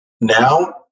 now